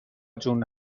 جون